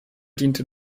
diente